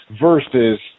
versus